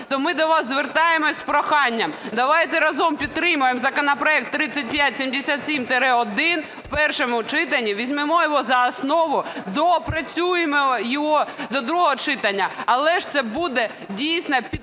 То ми до вас звертаємося з проханням, давайте разом підтримаємо законопроект 3577-1 в першому читанні, візьмемо його за основу, доопрацюємо його до другого читання, але ж це буде дійсно підтримка